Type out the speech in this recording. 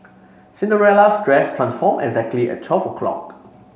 Cinderella's dress transformed exactly at twelve o'clock